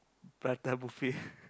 prata buffet